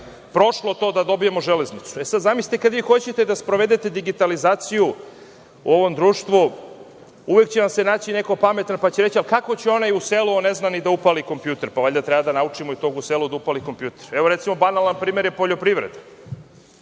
prošlo to da dobijemo železnicu. Sada, zamislite kada hoćete da sprovedete digitalizaciju u ovom društvu, uvek će vam se naći neko pametan, pa će reći – a kako će onaj u selu, on ne zna ni da upali kompjuter. Pa, valjda treba da naučimo i tog u selu da upali kompjuter. Evo, recimo, banalan primer je poljoprivreda.